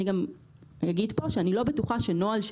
אני גם אומר כאן שאני לא בטוחה שנוהל של